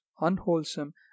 unwholesome